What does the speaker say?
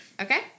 Okay